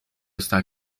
está